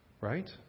right